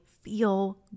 feel